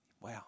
Wow